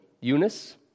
Eunice